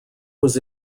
was